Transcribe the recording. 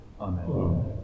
Amen